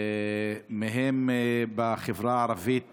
מהם בחברה הערבית